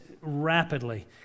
rapidly